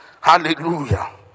Hallelujah